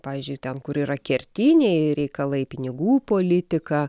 pavyzdžiui ten kur yra kertiniai reikalai pinigų politika